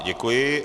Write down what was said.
Děkuji.